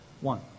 One